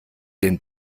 den